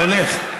אתה הולך.